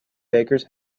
bakers